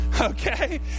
Okay